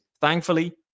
thankfully